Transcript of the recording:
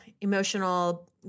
emotional